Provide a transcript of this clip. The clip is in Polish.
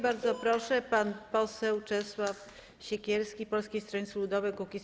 Bardzo proszę, pan poseł Czesław Siekierski, Polskie Stronnictwo Ludowe - Kukiz15.